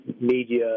media